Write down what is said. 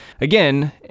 again